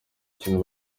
kintu